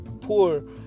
poor